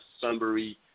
sunbury